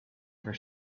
for